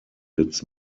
its